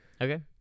Okay